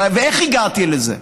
ואיך הגעתי לזה?